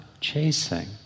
chasing